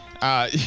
Uh-